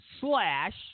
slash